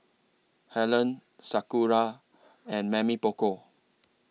Helen Sakura and Mamy Poko